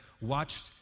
watched